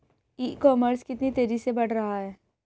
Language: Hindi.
ई कॉमर्स कितनी तेजी से बढ़ रहा है?